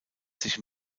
sich